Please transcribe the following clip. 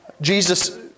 Jesus